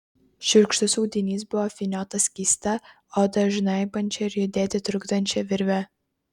šiurkštus audinys buvo apvyniotas keista odą žnaibančia ir judėti trukdančia virve